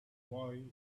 boy